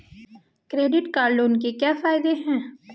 Credit card लेने के क्या फायदे हैं?